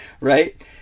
Right